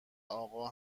آقا